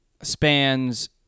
spans